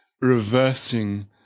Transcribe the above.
reversing